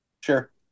Sure